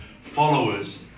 followers